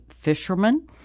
fishermen